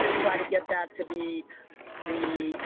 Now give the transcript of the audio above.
and try to get that to be the